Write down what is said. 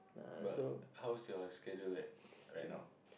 but how's your schedule like right now